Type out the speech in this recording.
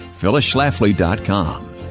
phyllisschlafly.com